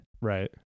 right